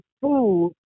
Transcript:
food